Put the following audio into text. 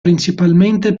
principalmente